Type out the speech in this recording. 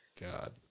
god